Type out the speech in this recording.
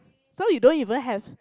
so you don't even have